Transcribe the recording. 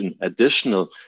additional